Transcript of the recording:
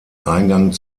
eingang